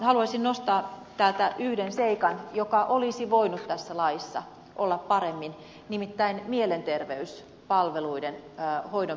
haluaisin nostaa täältä yhden seikan joka olisi voinut tässä laissa olla paremmin nimittäin mielenterveyspalveluiden hoidon piiriin pääsyn